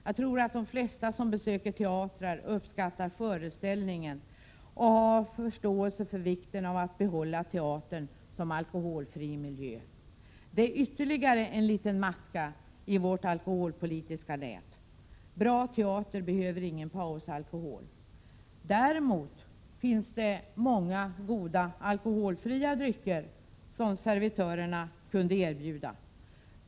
Jag tror att de flesta som besöker teatrar uppskattar föreställningen och har förståelse för vikten av att bibehålla teatern som alkoholfri miljö. Det är ytterligare en liten maska i vårt alkoholpolitiska nät. Bra teater behöver ingen pausalkohol. Däremot finns det många goda, alkoholfria drycker som servitörerna kunde erbjuda.